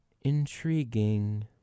intriguing